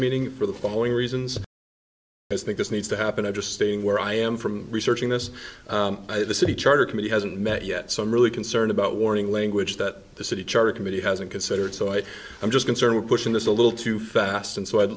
meeting for the following reasons as i think this needs to happen i'm just staying where i am from researching this the city charter committee hasn't met yet so i'm really concerned about warning language that the city charter committee hasn't considered so i am just concerned with pushing this a little too fast and so i'd